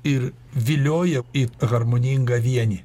ir vilioja į harmoningą vienį